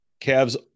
Cavs